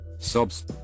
sobs